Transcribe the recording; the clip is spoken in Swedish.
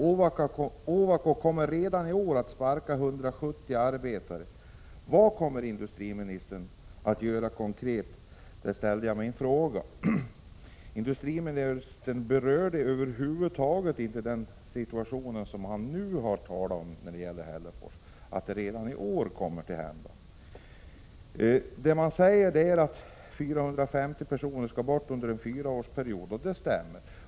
Ovako Steel kommer redan i år att sparka 170 arbetare. Jag ställde därför frågan: Vad kommer industriministern att göra konkret? Industriministern berörde över huvud taget inte den situation som nu föreligger i Hällefors, nämligen att det redan i år kommer att avskedas folk. Industriministern talade om att 450 arbetstillfällen skall bort under en fyraårsperiod, och det stämmer.